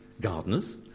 gardeners